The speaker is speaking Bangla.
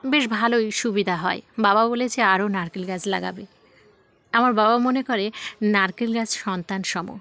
বেশ ভালোই সুবিধা হয় বাবা বলেছে আরও নারকেল গাছ লাগাবে আমার বাবা মনে করে নারকেল গাছ সন্তানসম